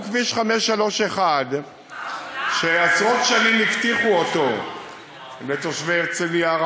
גם כביש 531 שעשרות שנים הבטיחו לתושבי הרצליה,